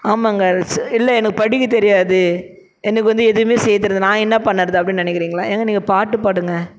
ஆமாங்க ஸ் இல்லை எனக்கு படிக்க தெரியாது எனக்கு வந்து எதுவுமே செய்ய தெரியாது நான் என்ன பண்ணுறது அப்படினு நினைக்குறீங்களா ஏங்க நீங்கள் பாட்டு பாடுங்க